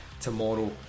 tomorrow